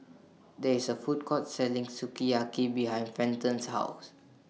There IS A Food Court Selling Sukiyaki behind Fenton's House